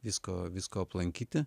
visko visko aplankyti